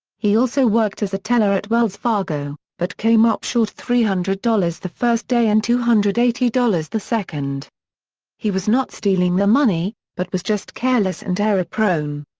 he also worked as a teller at wells fargo, but came up short three hundred dollars the first day and two hundred and eighty dollars the second he was not stealing the money, but was just careless and error-prone.